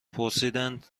پرسیدند